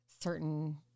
certain